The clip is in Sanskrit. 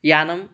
यानं